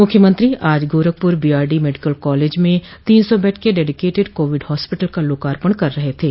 मुख्यमंत्री आज Gorakhpur BRD medical college में तीन सौ बेड के डेडीकेटेड कोविड हास्पिटल का लोकार्पण कर रहे थे